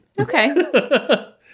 Okay